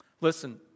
Listen